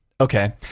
Okay